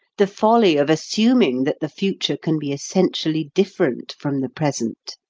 the folly of assuming that the future can be essentially different from the present,